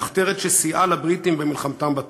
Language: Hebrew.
המחתרת שסייעה לבריטים במלחמתם בטורקים.